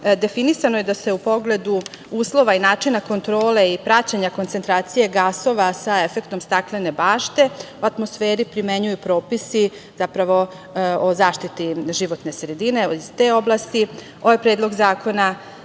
definisano je da se u pogledu uslova i načina kontrole i praćenja koncentracije gasova sa efektom staklene bašte u atmosferi primenjuju propisi, zapravo o zaštiti životne sredine, iz te oblasti. Ovaj Predlog zakona,